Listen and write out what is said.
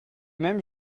même